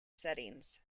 settings